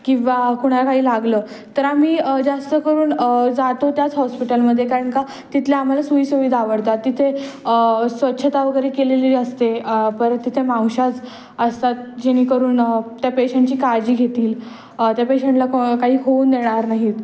किंवा कुणाला काही लागलं तर आम्ही जास्त करून जातो त्याच हॉस्पिटलमध्ये कारण का तिथले आम्हाला सोयीसुविधा आवडतात तिथे स्वच्छता वगैरे केलेली असते परत तिथे मावशाच असतात जेणेकरून त्या पेशंटची काळजी घेतील त्या पेशंटला को काही होऊन देणार नाहीत